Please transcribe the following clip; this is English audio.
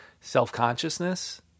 self-consciousness